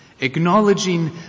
acknowledging